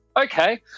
Okay